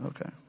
Okay